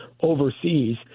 overseas